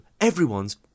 everyone's